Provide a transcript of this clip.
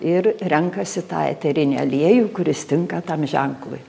ir renkasi tą eterinį aliejų kuris tinka tam ženklui